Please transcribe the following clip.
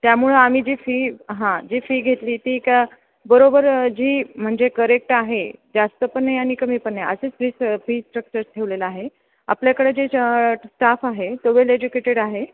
त्यामुळं आम्ही जी फी हां जी फी घेतली ती का बरोबर जी म्हणजे करेक्ट आहे जास्त पण नाही आणि कमी पण नाही असंच फी फी स्ट्रक्चर ठेवलेलं आहे आपल्याकडं जे स्टाफ आहे तो वेल एज्युकेटेड आहे